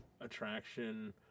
attraction